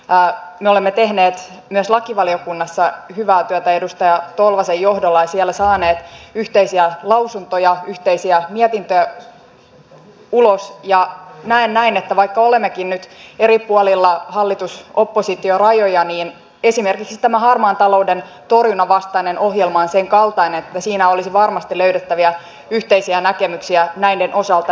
me olemme tehneet myös lakivaliokunnassa hyvää työtä edustaja tolvasen johdolla ja siellä saaneet yhteisiä lausuntoja yhteisiä mietintöjä ulos ja näen että vaikka olemmekin nyt eri puolilla hallitusoppositio rajoja niin esimerkiksi tämä harmaan talouden torjunnan ohjelma on senkaltainen että siinä olisi varmasti löydettävissä yhteisiä näkemyksiä näiden osalta